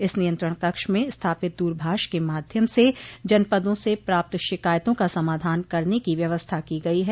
इस नियंत्रण कक्ष में स्थापित दूरभाष के माध्यम से जनपदों से प्राप्त शिकायतों का समाधान करने की व्यवस्था की गई है